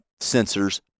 sensors